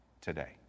today